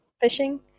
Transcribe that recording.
fishing